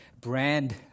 brand